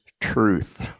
truth